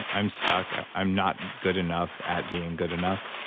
i'm stuck. i'm not good enough at being good enough.